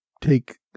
take